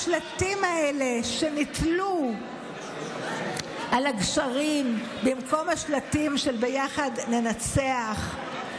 השלטים האלה שנתלו על הגשרים במקום השלטים של "ביחד ננצח",